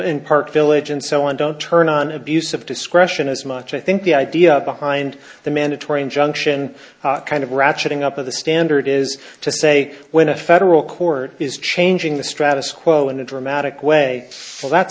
in part village and so on don't turn on abuse of discretion as much i think the idea behind the mandatory injunction kind of ratcheting up of the standard is to say when a federal court is changing the stratus quo in a dramatic way that's